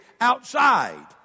outside